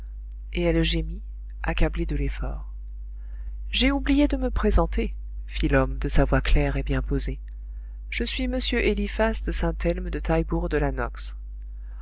et elle gémit accablée de l'effort j'ai oublié de me présenter fit l'homme de sa voix claire et bien posée je suis m eliphas de saint-elme de taillebourg de